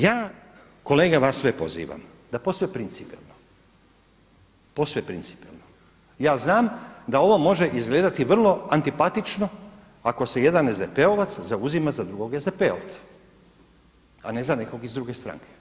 Ja kolege vas sve pozivam da posve principijelno, posve principijelno, ja znam da ovo može izgledati vrlo antipatično ako se jedan SDP-ovac zauzima za drugog SDP-ovca a ne za nekog iz druge stranke.